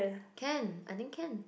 can I think can